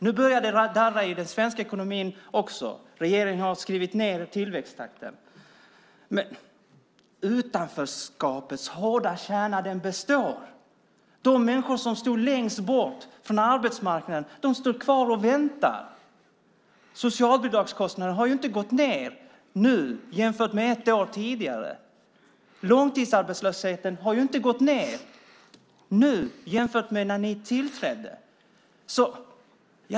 Nu börjar det darra i den svenska ekonomin också. Regeringen har skrivit ned tillväxttakten, men utanförskapets hårda kärna består. De människor som stod längst bort från arbetsmarknaden står kvar och väntar. Socialbidragskostnaderna har ju inte gått ned jämfört med för ett år sedan. Långtidsarbetslösheten har ju inte gått ned jämfört med när ni tillträdde.